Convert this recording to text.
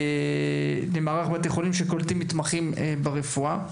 למערך בתי חולים שקולטים מתמחים ברפואה.